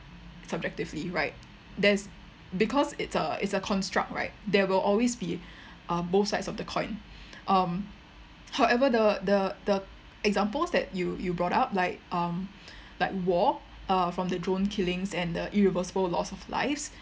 subjectively right there's because it's a it's a construct right there will always be uh both sides of the coin um however the the the examples that you brought up like war uh from the drone killing and irreversible loss of lives